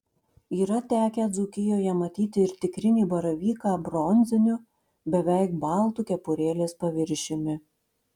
yra tekę dzūkijoje matyti ir tikrinį baravyką bronziniu beveik baltu kepurėlės paviršiumi